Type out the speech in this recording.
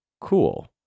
cool